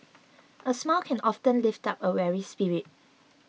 a smile can often lift up a weary spirit